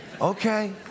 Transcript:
okay